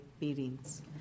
meetings